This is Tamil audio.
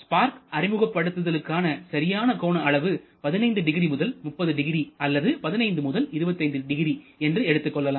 ஸ்பார்க் அறிமுகப்படுத்துதலுக்கான சரியான கோண அளவு 150 முதல் 300 அல்லது 15 முதல் 250 என்று எடுத்துக்கொள்ளலாம்